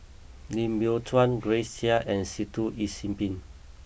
Lim Biow Chuan Grace Chia and Sitoh Yih Sin Pin